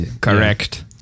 Correct